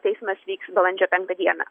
teismas vyks balandžio penktą dieną